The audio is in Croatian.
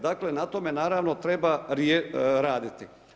Dakle na tome naravno treba raditi.